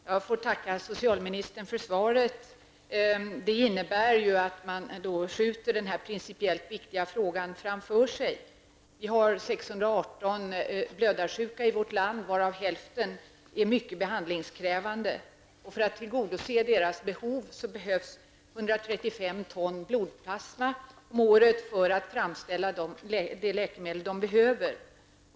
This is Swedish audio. Herr talman! Jag får tacka socialministern för svaret. Det innebär att man skjuter denna principiellt viktiga fråga framför sig. Vi har 618 blödarsjuka i vårt land, varav hälften är mycket behandlingskrävande. För tillgodoseende av deras behov behövs 135 ton blodplasma om året. Så mycket går åt för att framställa de läkemedel som de behöver.